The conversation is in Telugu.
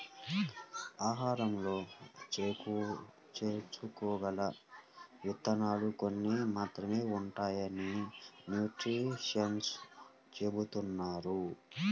ఆహారంలో చేర్చుకోగల విత్తనాలు కొన్ని మాత్రమే ఉంటాయని న్యూట్రిషన్స్ చెబుతున్నారు